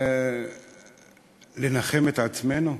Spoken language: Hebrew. כדי לנחם את עצמנו,